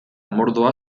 mordoa